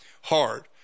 hard